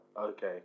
Okay